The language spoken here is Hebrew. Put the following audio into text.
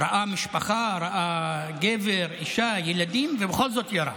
ראה משפחה, ראה גבר, אישה, ילדים, ובכל זאת ירה.